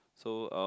so um